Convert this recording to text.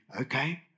okay